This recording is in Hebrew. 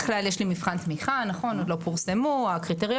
כלל יש לו מבחן תמיכה עוד לא פורסמו הקריטריונים,